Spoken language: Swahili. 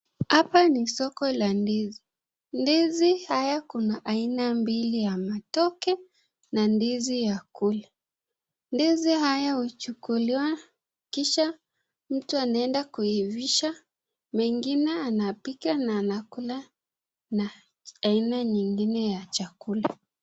Hapa ni soko la ndizi, ndizi haya kuna aina mbili ya matoke na ndizi ya kula. Ndizi haya huchukuliwa kisha mtu anaenda kuivisha, mengine anapika na anakula na aina nyingine ya chakula.